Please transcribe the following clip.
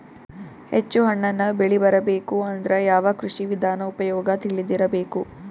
ಹೆಚ್ಚು ಹಣ್ಣನ್ನ ಬೆಳಿ ಬರಬೇಕು ಅಂದ್ರ ಯಾವ ಕೃಷಿ ವಿಧಾನ ಉಪಯೋಗ ತಿಳಿದಿರಬೇಕು?